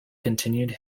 continued